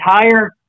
entire